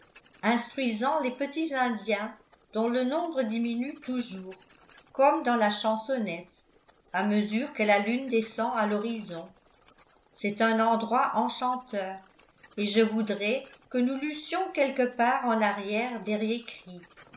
instruisant les petits indiens dont le nombre diminue toujours comme dans la chansonnette à mesure que la lune descend à l'horizon c'est un endroit enchanteur et je voudrais que nous l'eussions quelque part en arrière d'eriécreek